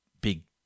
big